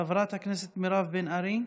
חברת הכנסת מירב בן ארי,